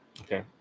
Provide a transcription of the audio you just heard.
okay